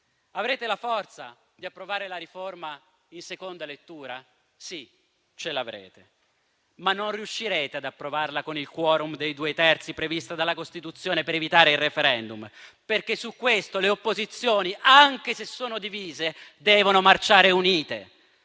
Avrete la forza di approvare la riforma in seconda lettura? Sì, ce l'avrete, ma non riuscirete ad approvarla con il *quorum* dei due terzi previsto dalla Costituzione per evitare il *referendum*, perché su questo le opposizioni, anche se sono divise, devono marciare unite,